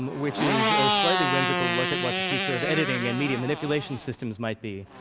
which is a slightly whimsical look at what the future of editing and media manipulation systems might be.